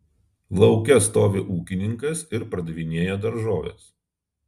lauke stovi ūkininkas ir pardavinėja daržoves